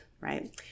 Right